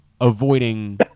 avoiding